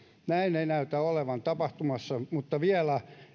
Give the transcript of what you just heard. näin ei näytä olevan tapahtumassa mutta vielä